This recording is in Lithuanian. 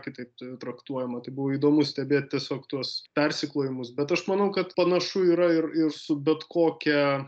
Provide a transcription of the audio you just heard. kitaip traktuojama tai buvo įdomu stebėt tiesiog tuos persiklojimus bet aš manau kad panašu yra ir ir su bet kokia